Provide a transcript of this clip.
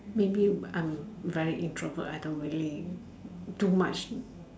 maybe I'm very introvert I don't really do much